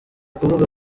kuvuga